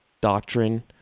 doctrine